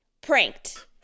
Pranked